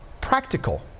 practical